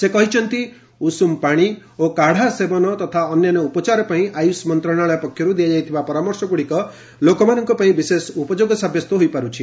ସେ କହିଛନ୍ତି ଉଷୁମ ପାଣି ଓ କାଢ଼ା ସେବନ ତଥା ଅନ୍ୟାନ୍ୟ ଉପଚାର ପାଇଁ ଆୟୁଷ୍ ମନ୍ତ୍ରଣାଳୟ ପକ୍ଷରୁ ଦିଆଯାଇଥିବା ପରାମର୍ଶଗୁଡ଼ିକ ଲୋକମାନଙ୍କ ପାଇଁ ବିଶେଷ ଉପଯୋଗ ସାବ୍ୟସ୍ତ ହୋଇପାରୁଛି